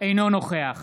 אינו נוכח